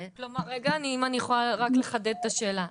רגע, אם אני אוכל רק לחדד את השאלה.